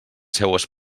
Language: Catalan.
seues